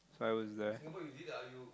so I was uh